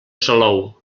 salou